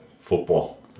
Football